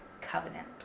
covenant